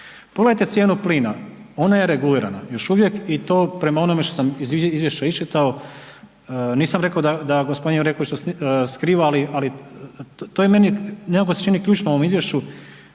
Pogledajte cijenu plina ona je regulirana još uvijek i to prema onome što sam iz izvješća iščitao, nisam rekao da gospodin Jureković to skriva, ali to je meni nekako se čini ključno u ovom izvješću,